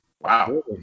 Wow